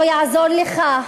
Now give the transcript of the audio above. לא יעזור לך.